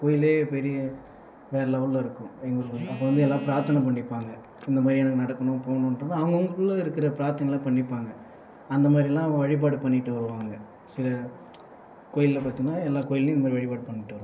கோவிலில் பெரிய வேறு லெவல்லில் இருக்கும் அப்போது வந்து எல்லோரும் பிராத்தனை பண்ணிப்பாங்கள் இந்த மாதிரி எனக்கு நடக்கணும் போனுண்டு அவங்க அவங்கள்குள்ளே இருக்கிற பிராத்தனைலாம் பண்ணிப்பாங்கள் அந்த மாதிரில வழிப்பாடு பண்ணிகிட்டு வருவாங்கள் சில கோவிலில் பார்த்திங்கனா எல்லா கோவில்லையும் இந்த மாதிரி வழிப்பாடு பண்ணிகிட்டு வருவங்கள்